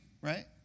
right